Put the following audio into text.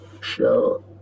show